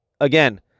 again